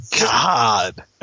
God